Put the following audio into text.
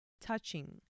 touching